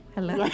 Hello